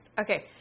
Okay